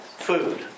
Food